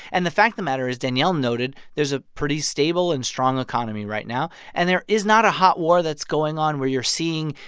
and the fact of the matter, as danielle noted, there's a pretty stable and strong economy right now, and there is not a hot war that's going on where you're seeing,